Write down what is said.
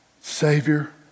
Savior